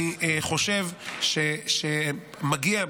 אני חושב שמגיע,